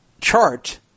chart